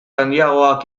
handiagoak